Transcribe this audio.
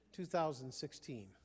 2016